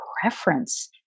preference